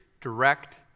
direct